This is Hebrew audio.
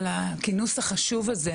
על הכינוס החשוב הזה.